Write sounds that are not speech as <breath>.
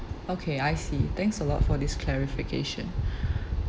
okay I see thanks a lot for this clarification <breath>